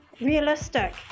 realistic